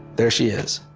there she is.